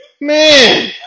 Man